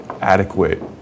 adequate